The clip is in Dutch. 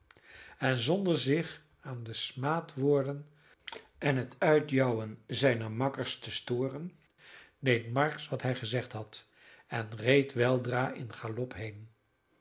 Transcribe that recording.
en zonder zich aan de smaadwoorden en het uitjouwen zijner makkers te storen deed marks wat hij gezegd had en reed weldra in galop heen